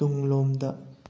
ꯇꯨꯡꯂꯣꯝꯗ